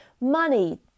money